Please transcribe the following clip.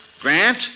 Grant